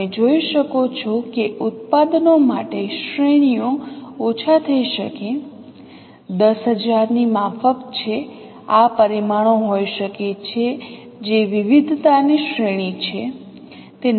તમે જોઈ શકો છો કે ઉત્પાદનો માટે શ્રેણીઓ ઓછા થઈ શકે 10000 ની માફક છે આ પરિમાણો હોઈ શકે છે જે વિવિધતાની શ્રેણી છે